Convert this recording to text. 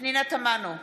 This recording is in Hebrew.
פנינה תמנו,